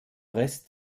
rest